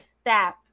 step